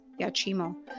yachimo